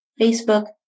Facebook